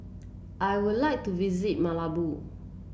I would like to visit Malabo